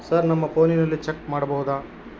Sir ನಮ್ಮ ಫೋನಿನಲ್ಲಿ check ಮಾಡಬಹುದಾ?